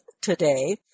today